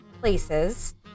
places